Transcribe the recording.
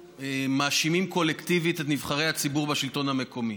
מאשימים קולקטיבית את נבחרי הציבור בשלטון המקומי.